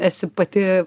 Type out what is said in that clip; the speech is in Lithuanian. esi pati